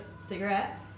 cigarette